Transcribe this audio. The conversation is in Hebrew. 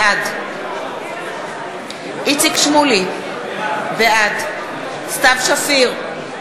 בעד איציק שמולי, בעד סתיו שפיר,